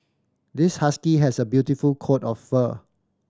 this husky has a beautiful coat of fur